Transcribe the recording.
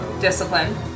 discipline